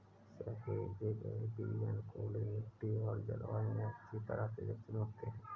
सहेजे गए बीज अनुकूलित मिट्टी और जलवायु में अच्छी तरह से विकसित होते हैं